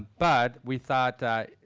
but we thought that,